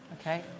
Okay